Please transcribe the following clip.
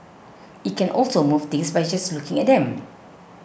it can also move things by just looking at them